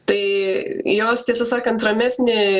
tai jos tiesą sakant ramesnį